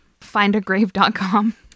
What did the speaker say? findagrave.com